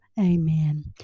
amen